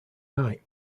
night